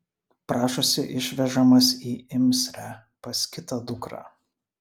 prašosi išvežamas į imsrę pas kitą dukrą